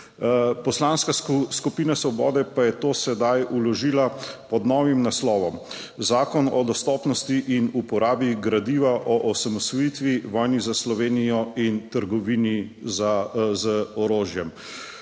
Poslanska skupina Svobode pa je to sedaj vložila pod novim naslovom Zakon o dostopnosti in uporabi gradiva o osamosvojitvi vojni za Slovenijo in trgovini z orožjem.